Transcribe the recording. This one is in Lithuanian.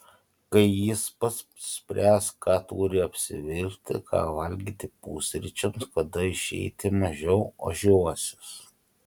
kai jis pats spręs ką turi apsivilkti ką valgyti pusryčiams kada išeiti mažiau ožiuosis